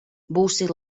būsi